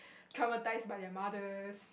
traumatize by your mothers